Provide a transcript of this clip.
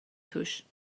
توش